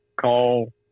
call